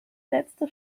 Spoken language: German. letzte